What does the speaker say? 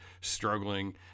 struggling